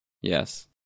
yes